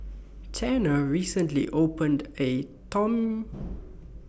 Tanner recently opened A Tom